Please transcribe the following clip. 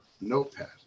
notepad